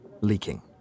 leaking